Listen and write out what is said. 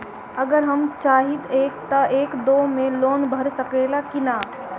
अगर हम चाहि त एक दा मे लोन भरा सकले की ना?